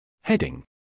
Heading